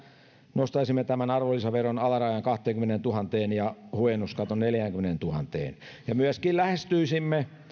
nostaisimme arvonlisäveron alarajan kahteenkymmeneentuhanteen ja huojennuskaton neljäänkymmeneentuhanteen myöskin lähestyisimme